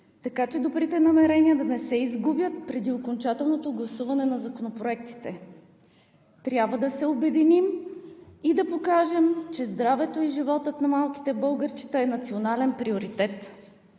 така че добрите намерения да не се изгубят преди окончателното гласуване на законопроектите. Трябва да се обединим и да покажем, че здравето и животът на малките българчета е национален приоритет.